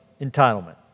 entitlement